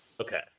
okay